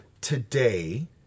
today